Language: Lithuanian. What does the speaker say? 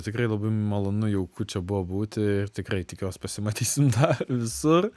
tikrai labai malonu jauku čia buvo būti ir tikrai tikiuos pasimatysim dar visur